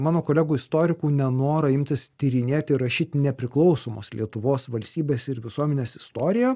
mano kolegų istorikų nenorą imtis tyrinėti ir rašyt nepriklausomos lietuvos valstybės ir visuomenės istoriją